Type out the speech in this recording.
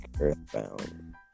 Earthbound